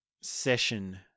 session